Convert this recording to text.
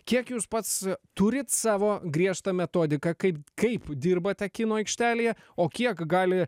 kiek jūs pats turit savo griežtą metodiką kaip kaip dirbate kino aikštelėje o kiek gali